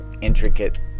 intricate